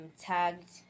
tagged